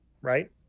right